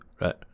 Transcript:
right